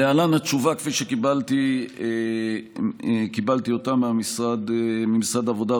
להלן התשובה כפי שקיבלתי אותה ממשרד העבודה,